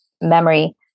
memory